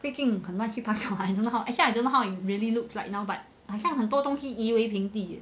最近很乱七八糟 I don't know how actually I don't know how it really looks like now but 很像很多东西移回平地